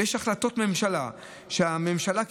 ויש החלטות שהממשלה קיבלה.